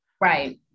Right